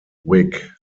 whig